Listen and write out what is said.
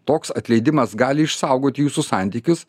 toks atleidimas gali išsaugoti jūsų santykius